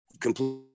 complete